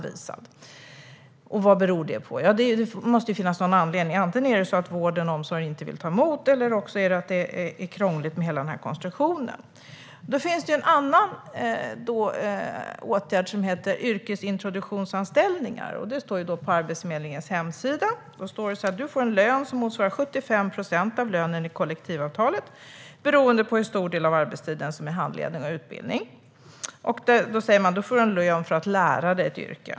Vad beror det på? Det måste ju finnas en anledning. Antingen vill vård och omsorg inte ta emot eller så är konstruktionen krånglig. En annan åtgärd är yrkesintroduktionsanställningar. På Arbetsförmedlingens hemsida står det: Du får en lön som motsvarar 75 procent av lönen i kollektivavtalet, beroende på hur stor del av arbetstiden som är handledning och utbildning. Du får en lön för att lära dig ett yrke.